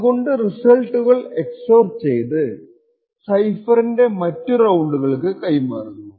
അതുകൊണ്ട് റിസൾട്ടുകൾ XOR ചെയ്ത് സൈഫറിന്റെ മറ്റു റൌണ്ടുകൾക്കു കൈമാറുന്നു